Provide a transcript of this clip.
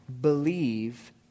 believe